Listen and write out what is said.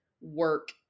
work